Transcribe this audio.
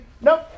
nope